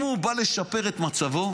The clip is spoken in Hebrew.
אם הוא בא לשפר את מצבו,